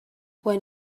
when